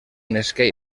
netscape